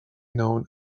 known